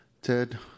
Ted